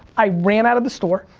i ran out of the store.